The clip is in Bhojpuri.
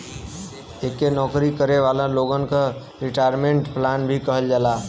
एके नौकरी करे वाले लोगन क रिटायरमेंट प्लान भी कहल जाला